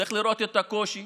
צריך לראות את הקושי,